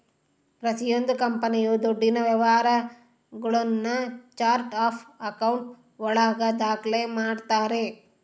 ಪ್ರತಿಯೊಂದು ಕಂಪನಿಯು ದುಡ್ಡಿನ ವ್ಯವಹಾರಗುಳ್ನ ಚಾರ್ಟ್ ಆಫ್ ಆಕೌಂಟ್ ಒಳಗ ದಾಖ್ಲೆ ಮಾಡ್ತಾರೆ